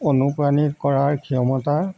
অনুপ্ৰাণিত কৰাৰ ক্ষমতা